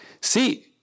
See